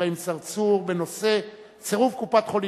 אברהים צרצור בנושא: סירוב קופת-חולים